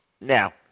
Now